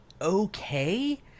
okay